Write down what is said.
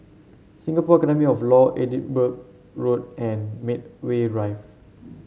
Singapore Academy of Law Edinburgh Road and Medway Drive